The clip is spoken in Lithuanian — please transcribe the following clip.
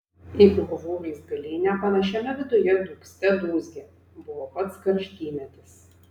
į urvų raizgalynę panašiame viduje dūgzte dūzgė buvo pats karštymetis